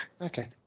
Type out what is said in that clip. okay